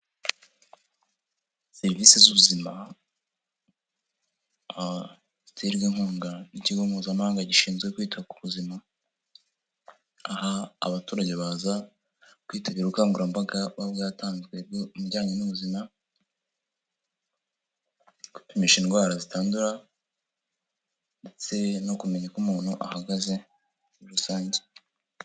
Serivisi z'ubuzima ziterwa inkunga n' ikigo mpuzamahanga gishinzwe kwita ku buzima aha abaturage baza kwitabira ubukangurambaga yatanzwe bijyanye n'ubuzima no kwipimisha indwara zitandura ndetse no kumenya uko umuntu ahagaze muri rusange.